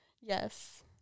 Yes